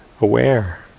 aware